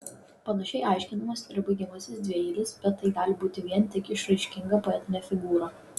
panašiai aiškinamas ir baigiamasis dvieilis bet tai gali būti vien tik išraiškinga poetinė figūra